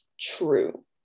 true